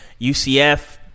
UCF